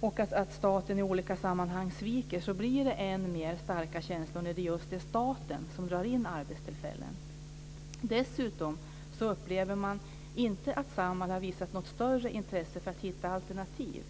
och att staten i olika sammanhang sviker blir det än mer starka känslor när det just är staten som drar in arbetstillfällen. Dessutom upplever man inte att Samhall har visat något större intresse för att hitta alternativ.